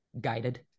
guided